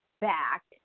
back